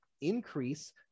increase